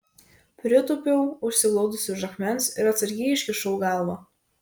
pritūpiau užsiglaudusi už akmens ir atsargiai iškišau galvą